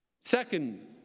Second